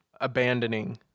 abandoning